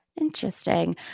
Interesting